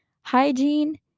hygiene